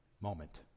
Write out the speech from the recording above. moment